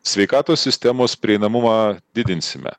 sveikatos sistemos prieinamumą didinsime